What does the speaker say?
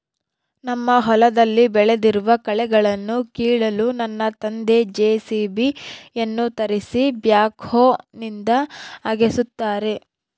ನಮ್ಮ ಹೊಲದಲ್ಲಿ ಬೆಳೆದಿರುವ ಕಳೆಗಳನ್ನುಕೀಳಲು ನನ್ನ ತಂದೆ ಜೆ.ಸಿ.ಬಿ ಯನ್ನು ತರಿಸಿ ಬ್ಯಾಕ್ಹೋನಿಂದ ಅಗೆಸುತ್ತಾರೆ